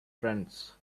friends